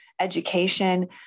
education